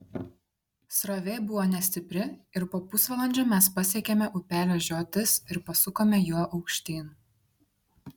srovė buvo nestipri ir po pusvalandžio mes pasiekėme upelio žiotis ir pasukome juo aukštyn